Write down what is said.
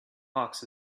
hawks